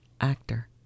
actor